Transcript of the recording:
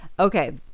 okay